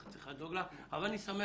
צריכה לדאוג לך, אבל אני שמח.